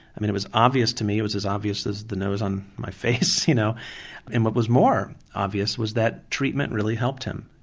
i mean it was obvious to me, it was as obvious as the nose on my face you know and what was more obvious was that treatment really helped him.